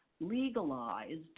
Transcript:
legalized